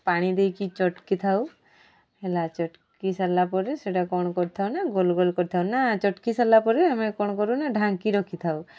ପାଣି ଦେଇକି ଚଟକି ଥାଉ ହେଲା ଚଟକି ସାରିଲା ପରେ ସେଟା କ'ଣ କରିଥାଉ ନା ଗୋଲ ଗୋଲ କରିଥାଉ ନା ଚଟକି ସାରିଲା ପରେ ଆମେ କ'ଣ କରୁନା ଢାଙ୍କି ରଖିଥାଉ